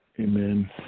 amen